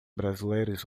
brasileiros